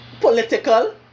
political